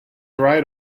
right